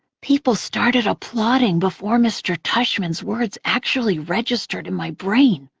people started applauding before mr. tushman's words actually registered in my brain.